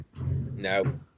no